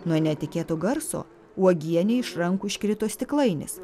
nuo netikėto garso uogienei iš rankų iškrito stiklainis